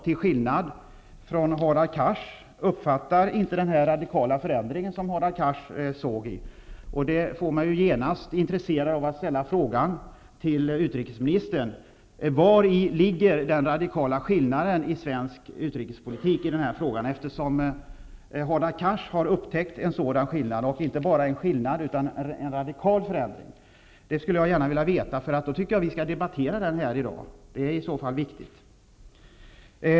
Till skillnad från Hadar Cars uppfattar jag inte den radikala förändring som Hadar Cars talade om. Detta gör att jag genast blir intresserad av att till utrikesministern ställa frågan: Vari ligger den radikala förändringen i svensk utrikespolitik på detta område? Hadar Cars har ju tydligen upptäckt en sådan förändring och dessutom en radikal sådan. Jag skulle gärna vilja ha svar på den frågan, och om det har skett en sådan förändring tycker jag att vi skall debattera den här i dag. Det är i så fall viktigt.